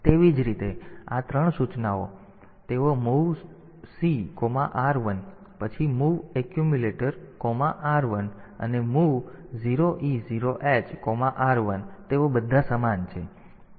તેવી જ રીતે આ ત્રણ સૂચનાઓ તેઓ MOV C R1 પછી mov એક્યુમ્યુલેટર અલ્પવિરામ r1 અને MOV 0e0hr1 છે તેથી તેઓ બધા સમાન છે